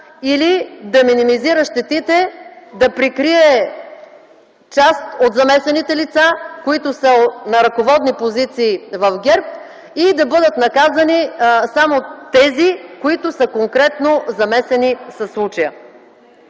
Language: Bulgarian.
или да минимизира щетите, да прикрие част от замесените лица, които са на ръководни позиции в ГЕРБ, и да бъдат наказани само тези, които са конкретно замесени със случая.